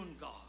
God